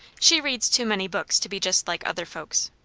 she reads too many books to be just like other folks.